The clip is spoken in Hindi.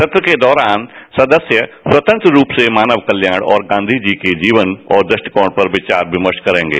सत्र के दौरान सदस्य स्वतंत्र रूप से मानव कल्याण और गांधी जी के जीवन तथा दृष्टिकोण पर विचार विमर्श करेंगे